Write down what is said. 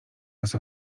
raz